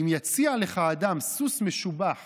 אם יציע לך אדם סוס משובח